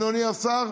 אדוני השר,